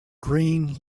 green